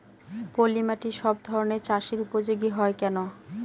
পলিমাটি সব ধরনের চাষের উপযোগী হয় কেন?